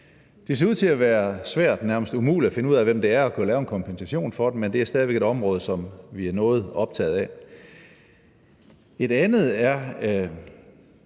Det ser ud til at være svært, nærmest umuligt, at finde ud af, hvem det er og kunne lave en kompensation for dem, men det er stadig væk et område, som vi er noget optaget af. Det andet er,